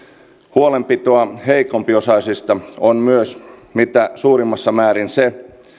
huolenpitoa heikompiosaisista on myös mitä suurimmassa määrin se